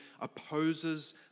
opposes